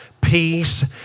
peace